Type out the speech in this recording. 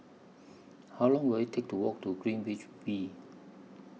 How Long Will IT Take to Walk to Greenwich V